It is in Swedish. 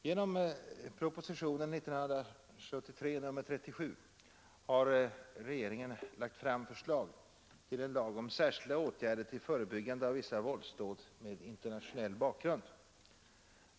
Genom propositionen 37 år 1973 har regeringen lagt fram förslag till en lag om särskilda åtgärder till förebyggande av vissa våldsdåd med internationell bakgrund.